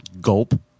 gulp